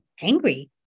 angry